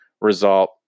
result